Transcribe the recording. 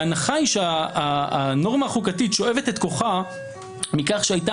ההנחה היא שהנורמה החוקתית שואבת את כוחה מכך שהייתה